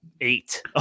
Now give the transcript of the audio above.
eight